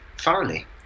thoroughly